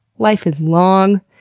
life is long,